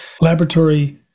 laboratory